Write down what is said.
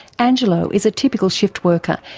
angelo is a typical shift worker,